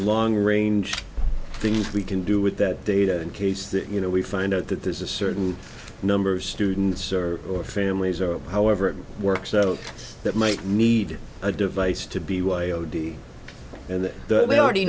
long range of things we can do with that data in case that you know we find out that there's a certain number of students or or families or however it works out that might need a device to be y o d and they already